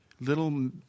little